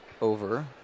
Over